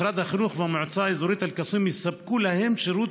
משרד החינוך והמועצה האזורית אל-קסום יספקו להם שירות